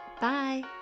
Bye